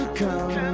come